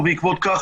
ובעקבות כך,